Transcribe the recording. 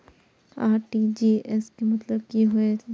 RTGS के मतलब की होय ये?